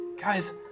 guys